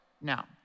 now